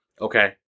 Okay